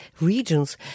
regions